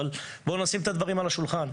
אבל בואו נשים את הדברים על השולחן.